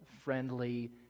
friendly